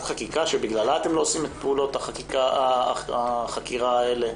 חקיקה שבגללם אתם לא עושים את פעולות החקירה האלה